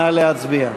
נא להצביע.